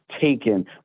taken